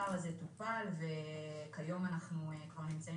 הפער הזה טופל וכיום אנחנו כבר נמצאים